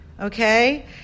okay